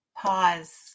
Pause